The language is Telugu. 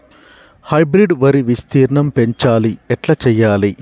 హైబ్రిడ్ వరి విస్తీర్ణం పెంచాలి ఎట్ల చెయ్యాలి?